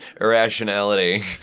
irrationality